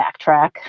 backtrack